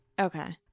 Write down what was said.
Okay